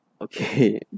okay